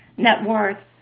net worth.